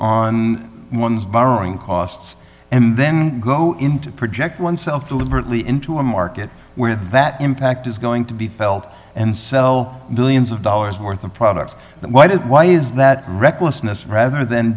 on one's borrowing costs and then go into project oneself to berkeley into a market where that impact is going to be felt and sell millions of dollars worth of products but why did why is that recklessness rather than